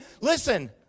Listen